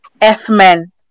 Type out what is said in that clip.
F-men